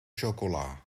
chocola